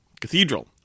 Cathedral